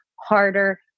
harder